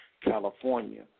California